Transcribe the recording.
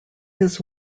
his